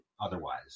otherwise